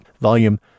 Volume